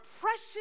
precious